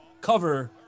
cover